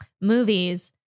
Movies